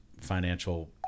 financial